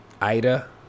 Ida